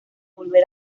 volver